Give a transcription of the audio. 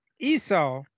Esau